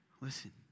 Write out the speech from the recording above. Listen